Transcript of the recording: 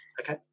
Okay